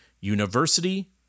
university